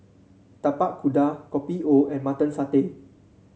Tapak Kuda Kopi O and Mutton Satay